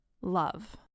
love